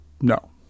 no